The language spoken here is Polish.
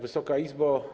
Wysoka Izbo!